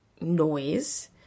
noise